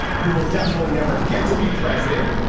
you will definitely never get to be president.